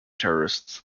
terrorists